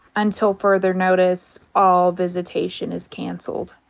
until further notice, all visitation is cancelled.